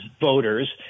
voters